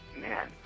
man